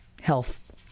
health